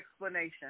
explanation